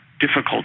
difficult